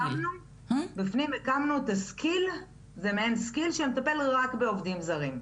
בפנים הקמנו את הסקיל שמטפל רק בעובדים זרים.